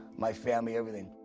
my family, everything.